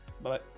Bye